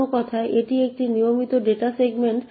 অন্য কথায় এটি একটি নিয়মিত ডেটা সেগমেন্ট